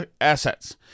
assets